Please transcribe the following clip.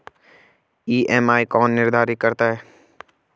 EMI कौन निर्धारित करता है?